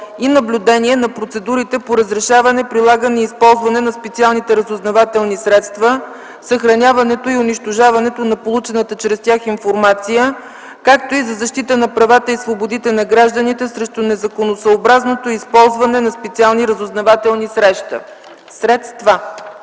и наблюдение на процедурите по разрешаване, прилагане и използване на специалните разузнавателни средства, съхраняването и унищожаването на получената чрез тях информация, както и за защита на правата и свободите на гражданите срещу незаконосъобразното използване на специални разузнавателни средства